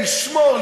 לשמור,